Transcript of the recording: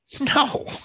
No